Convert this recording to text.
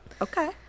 Okay